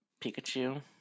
Pikachu